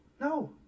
No